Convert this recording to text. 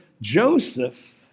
Joseph